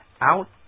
out